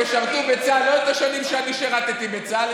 תשרתו בצה"ל לא את השנים שאני שירתי בצה"ל,